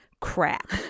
crap